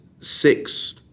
six